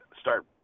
start